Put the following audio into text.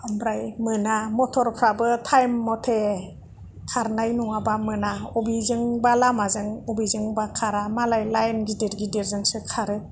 आमफ्राय मोना मथरफ्राबो टाइम मथे खारनाय नङाबा मोना बबेजोंबा लामाजों बबेबाजोंबा खारा मालाय लाइन गिदिर गिदिरजोंसो खारो